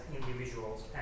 individuals